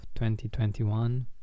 2021